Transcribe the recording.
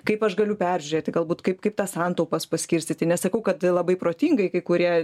kaip aš galiu peržiūrėti galbūt kaip kaip tas santaupas paskirstyti nesakau kad labai protingai kai kurie